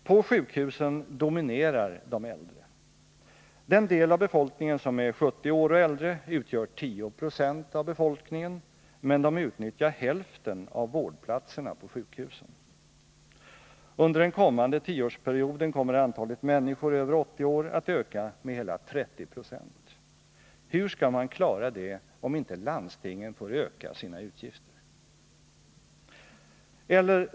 På sjukhusen dominerar de äldre. Den del av befolkningen som är 70 år och äldre utgör 10 96 av befolkningen men de utnyttjar hälften av vårdplatserna på sjukhusen. Under den kommande tioårsperioden kommer antalet människor över 80 år att öka med hela 30 26. Hur skall man klara det om inte landstingen får öka sina utgifter?